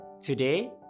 Today